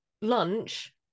lunch